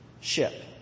ship